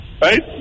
right